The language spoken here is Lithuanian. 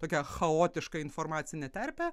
tokia chaotiška informacine terpe